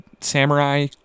samurai